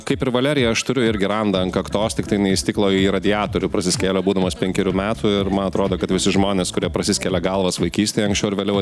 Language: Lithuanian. kaip ir valerija aš turiu irgi randą ant kaktos tiktai ne į stiklą o į radiatorių prasiskėliau būdamas penkerių metų ir man atrodo kad visi žmonės kurie prasiskelia galvas vaikystėj anksčiau ar vėliau